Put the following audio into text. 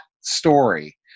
story